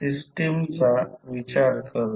system चा विचार करूया